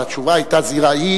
אבל התשובה היתה זהירה.